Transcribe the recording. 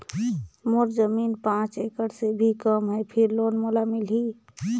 मोर जमीन पांच एकड़ से भी कम है फिर लोन मोला मिलही?